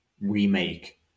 remake